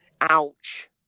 ouch